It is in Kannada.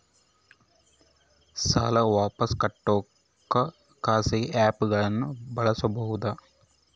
ಸಾಲ ವಾಪಸ್ ಕಟ್ಟಕ ಖಾಸಗಿ ಆ್ಯಪ್ ಗಳನ್ನ ಬಳಸಬಹದಾ?